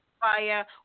fire